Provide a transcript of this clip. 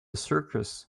circus